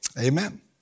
Amen